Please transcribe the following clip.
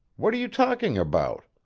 what are you talking about?